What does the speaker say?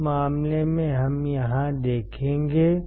उस मामले में हम यहां देखेंगे